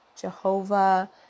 Jehovah